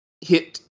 hit